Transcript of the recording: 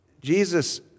Jesus